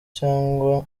cyangwa